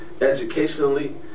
educationally